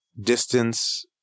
distance